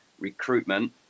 recruitment